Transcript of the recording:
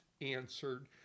answered